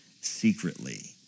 secretly